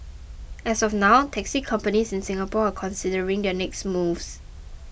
as of now taxi companies in Singapore are considering their next moves